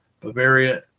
Bavaria